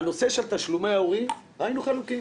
לגבי התל"ן סיכמנו אתמול,